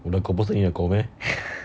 我的狗不是你的狗 meh